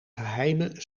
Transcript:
geheime